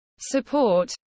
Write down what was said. support